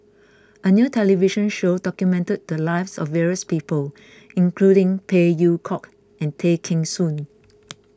a new television show documented the lives of various people including Phey Yew Kok and Tay Kheng Soon